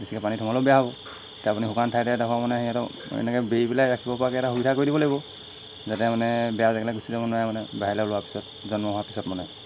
বেছিকৈ পানী সোমালেও বেয়া হ'ব তেতিয়া আপুনি শুকান ঠাইতে এডোখৰ মানে সিহঁতক এনেকৈ বেৰি পেলাই ৰাখিব পৰাকৈ এটা সুবিধা কৰি দিব লাগিব যাতে মানে বেয়া জেগালৈ গুচি যাব নোৱাৰে মানে বাহিৰলৈ ওলোৱাৰ পিছত জন্ম হোৱাৰ পিছত মানে